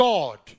God